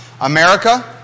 America